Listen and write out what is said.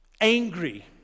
angry